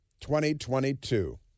2022